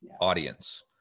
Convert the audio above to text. audience